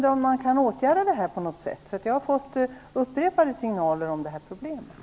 Jag har fått upprepade signaler om att detta är ett problem.